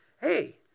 Hey